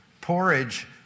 porridge